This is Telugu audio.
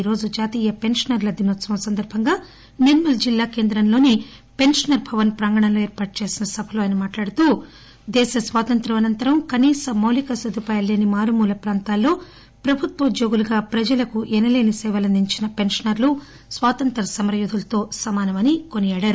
ఈరోజు జాతీయ పెన్షనర్ణ దినోత్సవం సందర్బంగా నిర్మల్ జిల్లా కేంద్రలోని పెన్వనర్ భవన ప్రాంగణంలో ఏర్పాటు చేసిన సభలో ఆయన మాట్లాడుతూ దేశ స్వాతంత్రం అనంతరం కనీస మౌలిక సదుపాయాలు లేని మారుమూల ప్రాంతాల్లో ప్రభుత్వ ఉద్యోగులుగా ప్రజలకు ఎనలేని సేవలందించిన పెన్షనర్లు స్వాతంత్ర సమరయోధులతో సమానమని కొనియాడారు